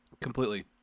completely